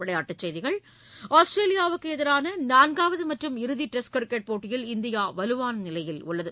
விளையாட்டுச்செய்திகள் ஆஸ்திரேலியாவுக்கு எதிரான நான்காவது மற்றும் இறுதி டெஸ்ட் கிரிக்கெட் போட்டியில் இந்தியா வலுவான நிலையில் உள்ளது